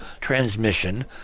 transmission